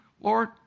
Lord